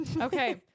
Okay